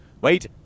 Wait